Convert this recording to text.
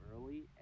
early